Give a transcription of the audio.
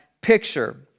picture